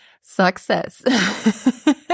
Success